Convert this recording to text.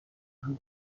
رزرو